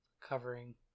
covering